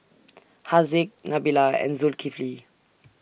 Haziq Nabila and Zulkifli